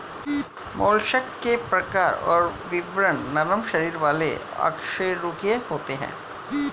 mollusc के प्रकार और विवरण नरम शरीर वाले अकशेरूकीय होते हैं